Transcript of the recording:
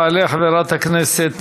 תעלה חברת הכנסת